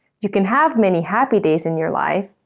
you can have many happy days in your life,